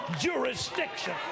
jurisdiction